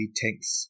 tanks